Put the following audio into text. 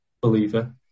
believer